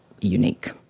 unique